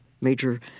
major